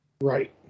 Right